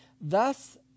Thus